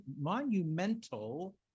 Monumental